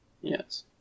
Yes